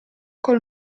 col